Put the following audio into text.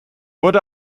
wurde